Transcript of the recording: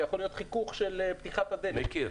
זה יכול להיות חיכוך של פתיחת הדלת -- מכיר.